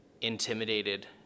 intimidated